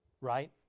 Right